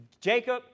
Jacob